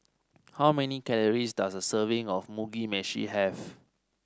how many calories does a serving of Mugi Meshi have